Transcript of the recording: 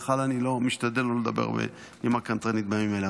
בכלל אני משתדל לא לדבר בנימה קנטרנית בימים אלה,